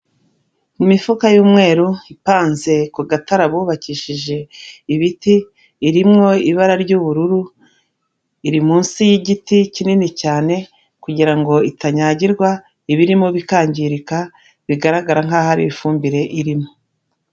Imifuka y'umweru ipanze ku gatara bubakishije ibiti, irimo ibara ry'ubururu iri munsi y'igiti kinini cyane kugira ngo itanyagirwa ibirimo bikangirika, bigaragara nkaho hari ari ifumbire irimo.